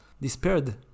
despaired